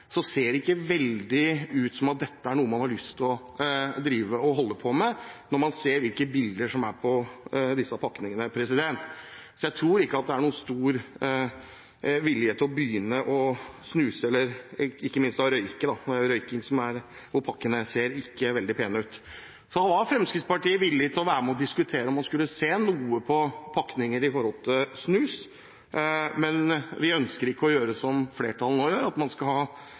ser det ikke veldig ut som noe man har lyst til å holde på med, når man ser hvilke bilder som er på disse pakningene. Så jeg tror ikke det er noen stor vilje til å begynne å snuse eller ikke minst å røyke, det er jo røyking som på pakkene ikke ser veldig pent ut. Så var Fremskrittspartiet villig til å være med og diskutere om man skulle se på snuspakninger, men vi ønsker ikke å gjøre som flertallet nå gjør, at man skal